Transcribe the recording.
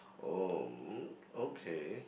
oh okay